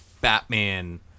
Batman